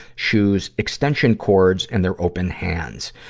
shoes, extension cords, and their open hands.